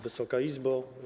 Wysoka Izbo!